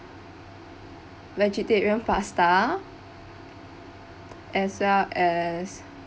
vegetarian pasta as well as